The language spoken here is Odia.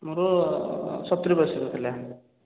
ମୋର ସତୁରି ପରସେଣ୍ଟ୍ ଥିଲା